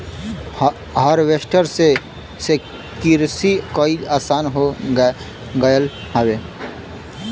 harvester से किरसी कईल आसान हो गयल हौवे